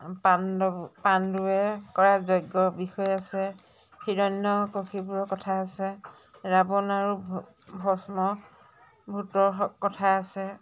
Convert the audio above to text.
পাণ্ডৱ পাণ্ডুৱে কৰা যজ্ঞৰ বিষয়ে আছে হিৰণ্য কশিপুৰৰ কথা আছে ৰাৱন আৰু ভষ্ম ভূতৰ কথা আছে